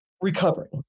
recovering